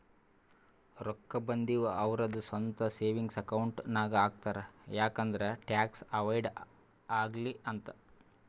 ರೊಕ್ಕಾ ಬಂದಿವ್ ಅವ್ರದು ಸ್ವಂತ ಸೇವಿಂಗ್ಸ್ ಅಕೌಂಟ್ ನಾಗ್ ಹಾಕ್ತಾರ್ ಯಾಕ್ ಅಂದುರ್ ಟ್ಯಾಕ್ಸ್ ಅವೈಡ್ ಆಲಿ ಅಂತ್